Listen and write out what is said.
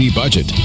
budget